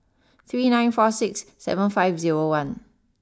three nine four six seven five zero one